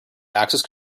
access